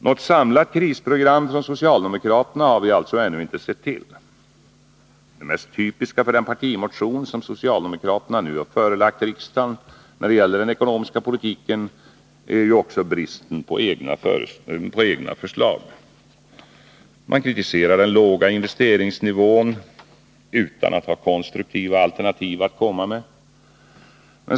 Något samlat krisprogram från socialdemokraterna har vi alltså ännu inte sett till. Det mest typiska för den partimotion som socialdemokraterna nu förelagt riksdagen när det gäller den ekonomiska politiken är ju också bristen på egna förslag. Man kritiserar den låga investeringsnivån utan att ha konstruktiva alternativ att komma med.